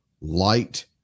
light